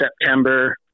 September